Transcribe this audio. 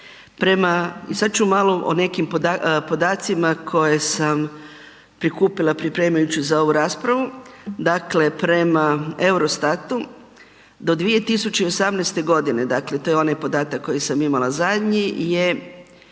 Sad ću malo o nekim podacima koje sam prikupila pripremajući za ovu raspravu. Dakle prema EUROSTAT-u, do 2018. g. dakle to je onaj podatak koji sam imala zadnji je